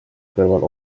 kõrval